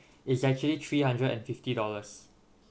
is actually three hundred and fifty dollars